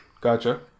gotcha